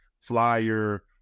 flyer